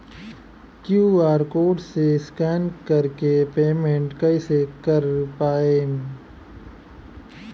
QR code से scan कर के पेमेंट कइसे कर पाएम?